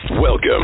Welcome